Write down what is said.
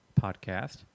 Podcast